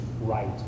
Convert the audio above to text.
right